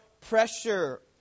pressure